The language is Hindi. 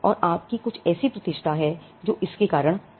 और आपकी कुछ ऐसी प्रतिष्ठा है जो इसके कारण आती है